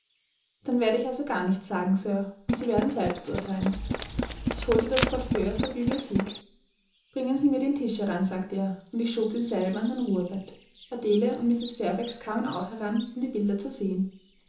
dann werde ich also gar nichts sagen sir und sie werden selbst urteilen ich holte das portefeuille aus der bibliothek bringen sie mir den tisch heran sagte er und ich schob denselben an sein ruhebett adele und mrs fairfax kamen auch heran um die bilder zu sehen